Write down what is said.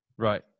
Right